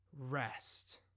rest